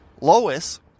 Lois